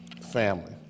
family